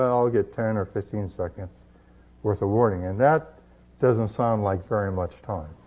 and i'll get ten or fifteen seconds' worth of warning. and that doesn't sound like very much time.